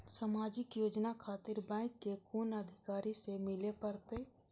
समाजिक योजना खातिर बैंक के कुन अधिकारी स मिले परतें?